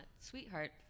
sweetheart